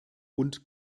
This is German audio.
und